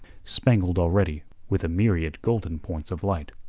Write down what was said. spangled already with a myriad golden points of light.